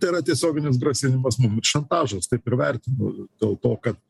tai yra tiesioginis grasinimas mum ir šantažas taip ir vertinu dėl to kad